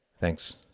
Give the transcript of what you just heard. Thanks